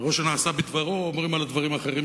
"שהכול נעשה בדברו" אומרים על הדברים האחרים,